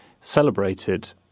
celebrated